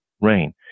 rain